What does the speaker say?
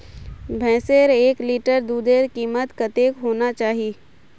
भैंसेर एक लीटर दूधेर कीमत कतेक होना चही?